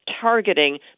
targeting